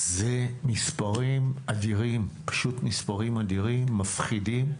אלה מספרים אדירים, פשוט מספרים אדירים, מפחידים.